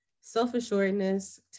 self-assuredness